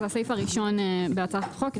זה הסעיף הראשון בהצעת החוק,